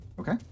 Okay